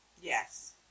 Yes